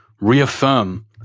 reaffirm